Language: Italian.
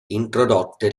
introdotte